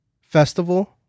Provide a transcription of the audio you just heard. Festival